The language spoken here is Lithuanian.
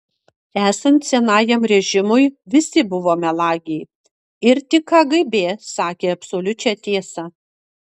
esant senajam režimui visi buvo melagiai ir tik kgb sakė absoliučią tiesą